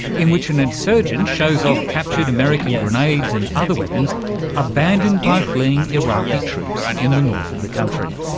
in which an insurgent shows off captured american grenades and other weapons abandoned by fleeing iraqi troops in the north of the country.